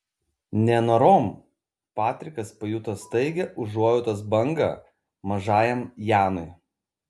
nenorom patrikas pajuto staigią užuojautos bangą mažajam janui